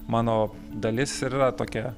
mano dalis ir yra tokia